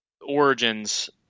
Origins